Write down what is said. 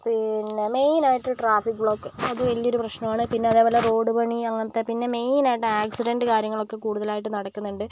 പിന്നെ മെയിൻ ആയിട്ട് traffic block അത് വലിയ ഒരു പ്രശ്നം ആണ് പിന്നെ അതേപോലെ റോഡ് പണി അങ്ങനത്തെ പിന്നെ മെയിൻ ആയിട്ട് ആക്സിഡൻറ് കാര്യങ്ങളൊക്കെ കൂടുതൽ ആയിട്ട് നടക്കുന്നുണ്ട്